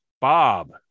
Bob